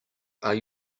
are